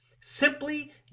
simply